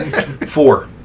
Four